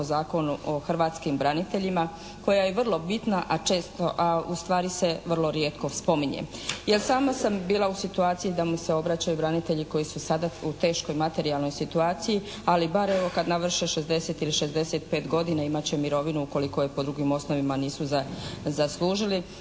po Zakonu o hrvatskim braniteljima, koja je vrlo bitna, a često, a ustvari se vrlo rijetko spominje. Jer sama sam bila u situaciji da mi se obraćaju branitelji koji su sada u teškoj materijalnoj situaciji ali bar evo, kad navrše 60 ili 65 godina imat će mirovinu ukoliko je po drugim osnovima nisu zaslužili,